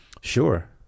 Sure